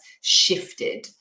shifted